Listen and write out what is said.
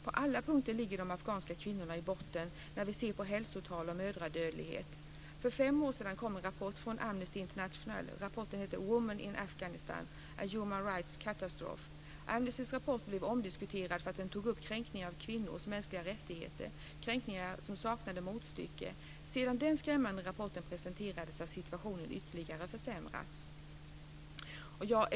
På alla punkter ligger de afghanska kvinnorna i botten sett till hälsotal och mödradödlighet. För fem år sedan kom en rapport från Amnesty Rights Catastrophe. Rapporten blev omdiskuterad därför att den tog upp kränkningar av kvinnors mänskliga rättigheter, kränkningar som saknade motstycke. Sedan den skrämmande rapporten presenterades har situationen ytterligare försämrats.